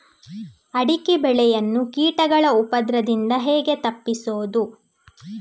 ಅಡಿಕೆ ಬೆಳೆಯನ್ನು ಕೀಟಗಳ ಉಪದ್ರದಿಂದ ಹೇಗೆ ತಪ್ಪಿಸೋದು?